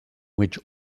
which